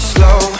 Slow